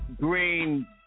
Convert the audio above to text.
Green